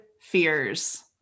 fears